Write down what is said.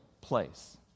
place